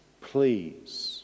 Please